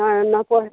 নহয় নকয়